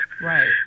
Right